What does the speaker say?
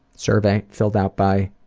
survey, filled out by